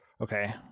Okay